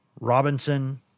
Robinson